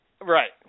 Right